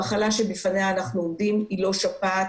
המחלה שבפניה אנחנו עומדים היא לא שפעת,